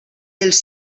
els